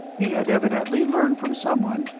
he had evidently learned from someone,